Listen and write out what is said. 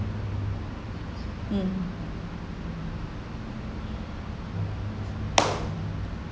hmm